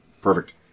Perfect